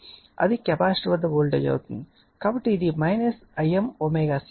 కాబట్టి ఇది ImωC